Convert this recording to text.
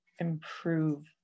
improve